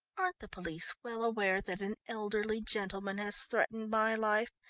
aren't the police well aware that an elderly gentleman has threatened my life,